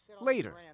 later